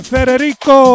Federico